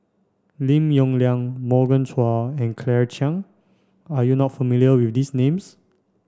Lim Yong Liang Morgan Chua and Claire Chiang are you not familiar with these names